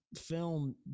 film